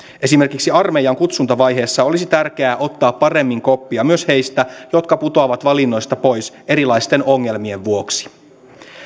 esimerkiksi armeijan kutsuntavaiheessa olisi tärkeää ottaa paremmin koppia myös heistä jotka putoavat valinnoista pois erilaisten ongelmien vuoksi